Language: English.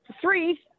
Three